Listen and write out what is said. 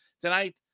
Tonight